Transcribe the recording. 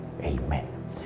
Amen